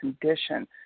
condition